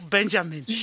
Benjamin